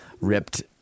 ripped